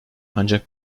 ancak